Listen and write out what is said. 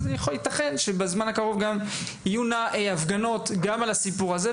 אז ייתכן שבזמן הקרוב תהיינה גם הפגנות על הסיפור הזה,